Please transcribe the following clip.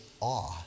awe